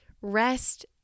rest